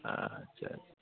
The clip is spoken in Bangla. আ আচ্ছা আচ্ছা